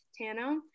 tano